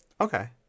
Okay